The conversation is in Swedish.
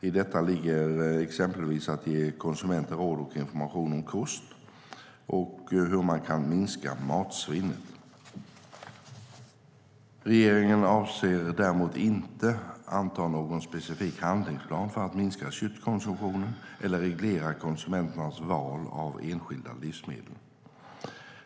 I detta ligger exempelvis att ge konsumenter råd och information om kost och hur man kan minska matsvinnet. Regeringen avser däremot inte att anta någon specifik handlingsplan för att minska köttkonsumtionen eller reglera konsumenternas val av enskilda livsmedel.